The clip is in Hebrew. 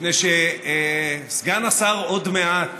מפני שסגן השר עוד מעט,